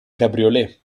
cabriolet